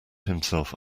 himself